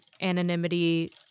anonymity